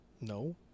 No